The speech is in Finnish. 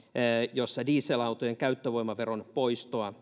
jossa esitetään dieselautojen käyttövoimaveron poistoa